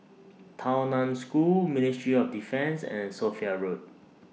Tao NAN School Ministry of Defence and Sophia Road